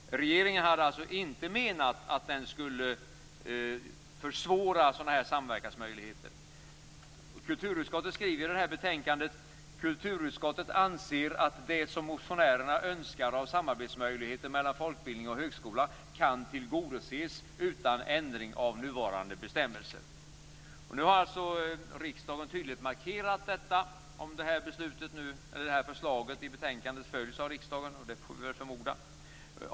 Regeringen hade alltså inte menat att försvåra samverkansmöjligheterna. Kulturutskottet skriver i betänkandet att utskottet anser att det som motionärerna önskar av samarbetsmöjligheter mellan folkbildning och högskola kan tillgodoses utan ändring av nuvarande bestämmelser. Nu har alltså riksdagen tydligt markerat detta - om förslaget i betänkandet nu följs av riksdagen vilket vi väl får förmoda.